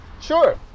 Sure